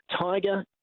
Tiger